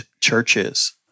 churches